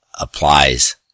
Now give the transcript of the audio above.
applies